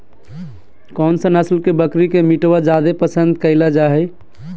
कौन सा नस्ल के बकरी के मीटबा जादे पसंद कइल जा हइ?